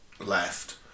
left